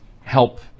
help